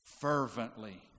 fervently